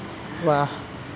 ৱাহ